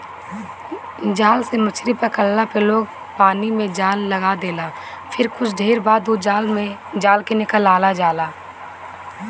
जाल से मछरी पकड़ला में लोग पानी में जाल लगा देला फिर कुछ देर बाद ओ जाल के निकालल जाला